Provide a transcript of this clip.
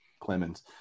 Clemens